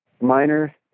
minor